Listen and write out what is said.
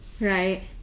Right